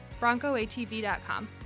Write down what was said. BroncoATV.com